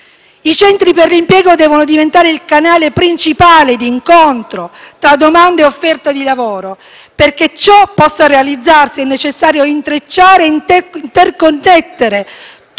I centri per l'impiego devono diventare il canale principale di incontro tra domanda e offerta di lavoro. Perché ciò possa realizzarsi è necessario intrecciare e interconnettere tutte le banche